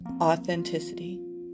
authenticity